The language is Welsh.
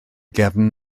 gefn